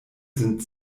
sind